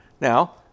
Now